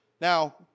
Now